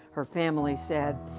her family said.